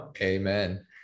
amen